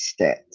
stats